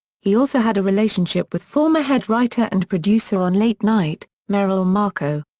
he also had a relationship with former head writer and producer on late night, merrill markoe.